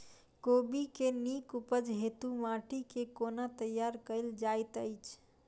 कोबी केँ नीक उपज हेतु माटि केँ कोना तैयार कएल जाइत अछि?